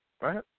right